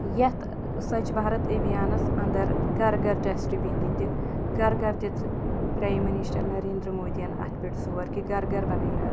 یتھ سُۄچھ بھارت ابھیانَس انٛدر گھر گھر ڈسٹہٕ بیٖن دِتِکھ گھر گھر دِژ پرٛایم منسٹر نَرنٛدر مودِیَن اتھ پٮ۪ٹھ زور کہِ گھر گھر بَنٲیِو حظ